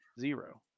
zero